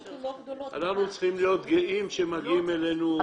אנחנו צריכים להיות גאים שמגיעים אלינו.